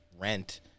rent